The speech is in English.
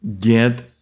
get